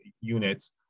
units